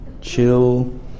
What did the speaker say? chill